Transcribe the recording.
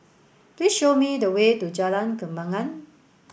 please show me the way to Jalan Kembangan